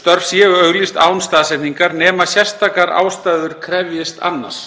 störf séu auglýst án staðsetningar nema sérstakar ástæður krefjist annars.